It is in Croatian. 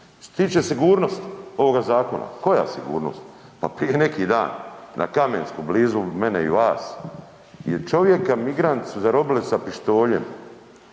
tiče sigurnosti ovoga zakona, koja sigurnost? Pa prije neki dan na Kamenskom blizu mene i vas jer čovjeka migranti su zarobili sa pištoljem